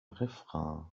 refrain